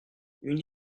une